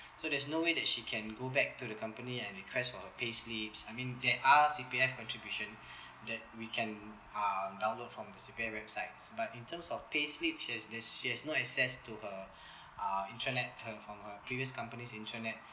so there's no way that she can go back to the company and request for her payslips I mean there are C_P_F contribution that we can uh download from the C_P_F websites but in terms of payslips she has the she has no access to her uh intranet her from her previous company's intranet